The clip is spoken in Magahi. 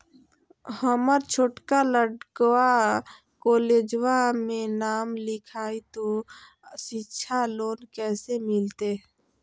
हमर छोटका लड़कवा कोलेजवा मे नाम लिखाई, तो सिच्छा लोन कैसे मिलते?